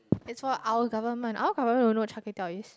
it's for our government our government would know what Char-Kway-Teow is